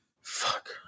Fuck